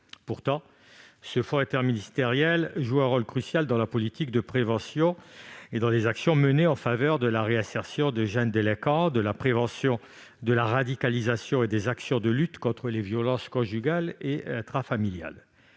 Pourtant, ce fonds joue un rôle crucial pour la politique de prévention et les actions menées en faveur de la réinsertion de jeunes délinquants, ainsi que pour la prévention de la radicalisation et les actions de lutte contre les violences conjugales et intrafamiliales.